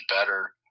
better